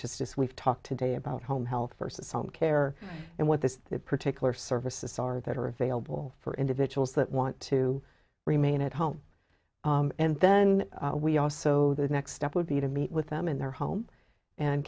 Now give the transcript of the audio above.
just as we've talked today about home health versus home care and what this particular services are that are available for individuals that want to remain at home and then we also the next step would be to meet with them in their home and